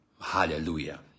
Hallelujah